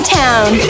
town